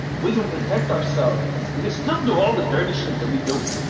we can protect ourselves. we can still do all the dirty shit that we do.